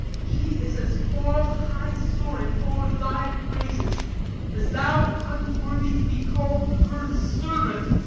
she is as far high-soaring o'er thy praises as thou unworthy to be call'd her servant.